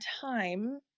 time